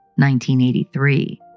1983